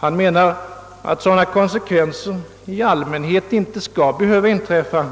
Han me nar att sådana konsekvenser i allmänhet inte skall behöva inträffa,